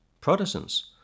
Protestants